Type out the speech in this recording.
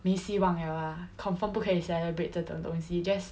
没希望 liao ah confirm 不可以 celebrate 这种东西 just